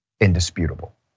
indisputable